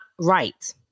right